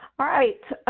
all right.